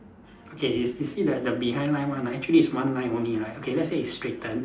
okay you you see the the behind line one actually is one line only right okay let's say it's straightened